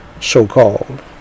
so-called